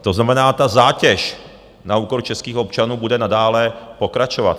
To znamená, ta zátěž na úkor českých občanů bude nadále pokračovat.